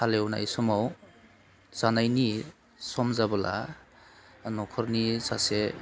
हालिवनाय समाव जानायनि सम जाबोला नखरनि सासे